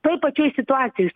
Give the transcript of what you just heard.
toj pačioj situacijoj